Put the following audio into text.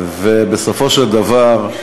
ובסופו של דבר,